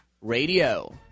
Radio